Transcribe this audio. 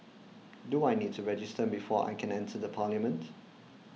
do I need to register before I can enter the parliament